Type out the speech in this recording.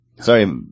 Sorry